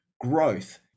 growth